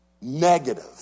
negative